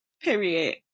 period